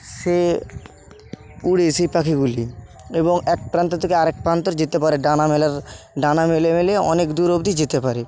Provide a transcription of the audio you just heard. সে উড়ে সেই পাখিগুলি এবং এক প্রান্ত থেকে আরেক প্রান্তর যেতে পারে ডানা মেলার ডানা মেলে মেলে অনেক দূর অবধি যেতে পারে